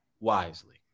wisely